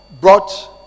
brought